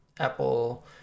Apple